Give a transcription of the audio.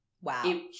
Wow